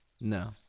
No